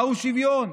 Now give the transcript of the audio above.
מהו שוויון?